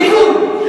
תיקון.